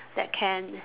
that can